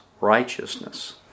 righteousness